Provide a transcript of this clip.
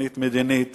תוכנית מדינית